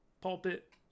pulpit